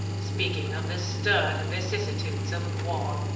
speaking of the stern vicissitudes of war.